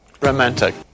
Romantic